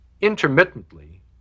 intermittently